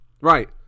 Right